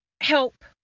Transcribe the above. help